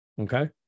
okay